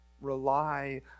Rely